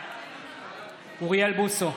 בעד אוריאל בוסו,